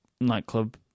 nightclub